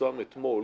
שפורסם אתמול